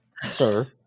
sir